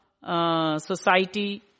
Society